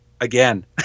Again